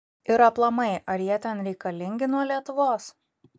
ir aplamai ar jie ten reikalingi nuo lietuvos